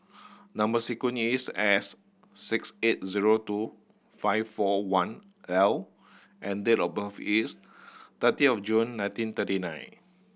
number sequence is S six eight zero two five four one L and date of birth is thirty of June nineteen thirty nine